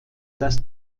dass